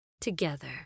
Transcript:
together